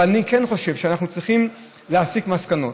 אבל אני כן חושב שאנחנו צריכים להסיק מסקנות.